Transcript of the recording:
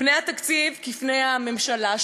פני התקציב כפני הממשלה.